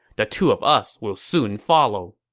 the two of us will soon follow.